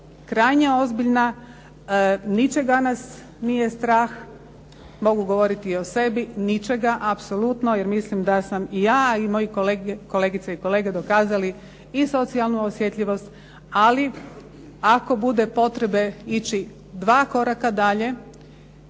krajnje ozbiljna. Ničega nas nije strah, mogu govoriti o sebi ničega apsolutno. Jer mislim da sam ja i moje kolegice i kolege dokazali i socijalnu osjetljivost. Ali ako bude potrebe ići dva koraka dalje,